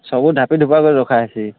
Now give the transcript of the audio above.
ସବୁ ଢାପି ଢୁପା କରି ରଖାହେସି